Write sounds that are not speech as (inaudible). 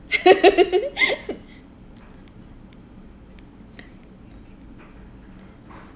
(laughs)